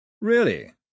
Really